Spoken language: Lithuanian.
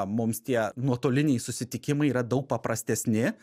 mums tie nuotoliniai susitikimai yra daug paprastesni